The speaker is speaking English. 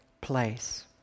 place